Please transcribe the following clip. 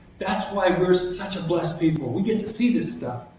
that's why we're such a blessed people. we get to see this stuff.